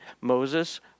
Moses